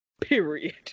Period